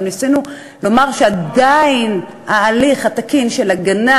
גם ניסינו לומר שעדיין ההליך התקין של הגנה